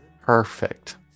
Perfect